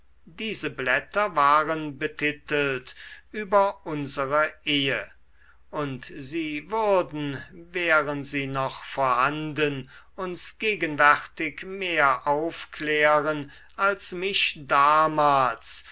diese blätter waren betitelt über unsere ehe und sie würden wären sie noch vorhanden uns gegenwärtig mehr aufklären als mich damals